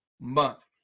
month